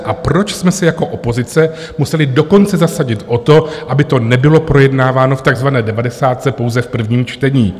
A proč jsme se jako opozice museli dokonce zasadit o to, aby to nebylo projednáváno v takzvané devadesátce pouze v prvním čtení?